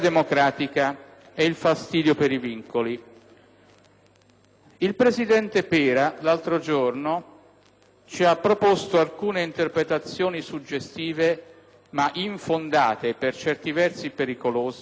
Il presidente Pera l'altro giorno ci ha proposto alcune interpretazioni suggestive ma infondate, e per certi versi pericolose, dell'articolo 2 della Costituzione.